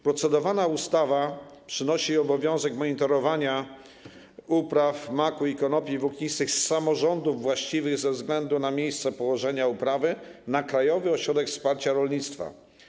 Procedowana ustawa przenosi obowiązek monitorowania upraw maku i konopi włóknistych z samorządów właściwych ze względu na miejsce położenia uprawy na Krajowy Ośrodek Wsparcia Rolnictwa.